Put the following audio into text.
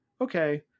okay